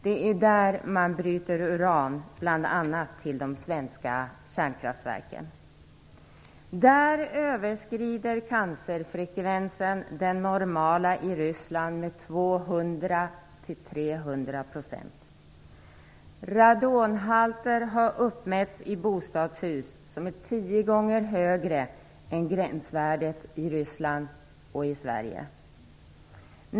Det är där man bryter uran, bl.a. till de svenska kärnkraftverken. Där överskrider cancerfrekvensen den normala i Ryssland med 200 300 %. I bostadshus har radonhalter uppmätts som är tio gånger högre än gränsvärdet i Ryssland och i Sverige.